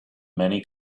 many